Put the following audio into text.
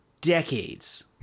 decades